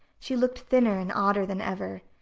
she looked thinner and odder than ever,